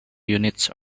units